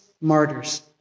martyrs